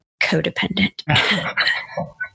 codependent